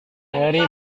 mary